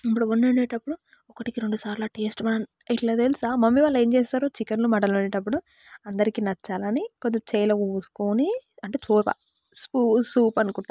ఇప్పుడు వంట వండేటప్పుడు ఒకటికి రెండు సార్లు ఆ టేస్ట్ మన్ ఎట్లా తెలుసా మమ్మీ వాళ్ళు ఏం చేస్తారు చికెన్లు మటన్లు వండేటప్పుడు అందరికి నచ్చాలని కొంచెం చేతిలో పోసుకోని అంటే చోర సూప్ అనుకుంటాను